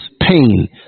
pain